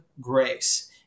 grace